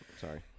sorry